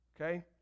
Okay